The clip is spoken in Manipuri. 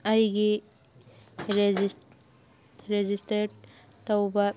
ꯑꯩꯒꯤ ꯔꯦꯖꯤꯁꯇꯔ ꯇꯧꯕ